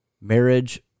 marriage